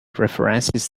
references